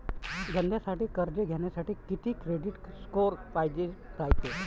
धंद्यासाठी कर्ज घ्यासाठी कितीक क्रेडिट स्कोर पायजेन रायते?